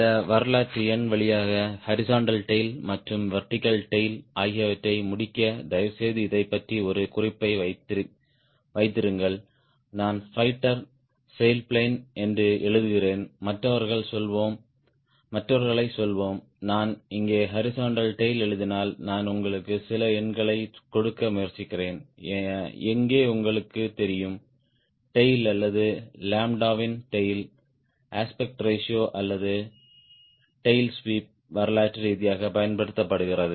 சில வரலாற்று எண் வழியாக ஹாரிஸ்ன்ட்டல் டேய்ல் மற்றும் வெர்டிகல் டேய்ல் ஆகியவற்றை முடிக்க தயவுசெய்து இதைப் பற்றி ஒரு குறிப்பை வைத்திருங்கள் நான் பையிட்டர் சேல் பிளேன் என்று எழுதுகிறேன் மற்றவர்களைச் சொல்வோம் நான் இங்கே ஹாரிஸ்ன்ட்டல் டேய்ல் எழுதினால் நான் உங்களுக்கு சில எண்களைக் கொடுக்க முயற்சிக்கிறேன் எங்கே உங்களுக்குத் தெரியும் டேய்ல் அல்லது லாம்ப்டாவின் டேய்ல் அஸ்பெக்ட் ரேஷியோ அல்லது டேய்ல் ஸ்வீப் வரலாற்று ரீதியாகப் பயன்படுத்தப்படுகிறது